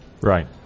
Right